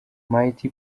mighty